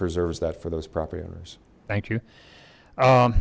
preserves that for those property owners thank you